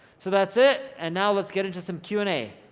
so that's it, and now let's get into some q and a.